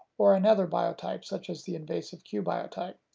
or another biotype such as the invasive q biotype.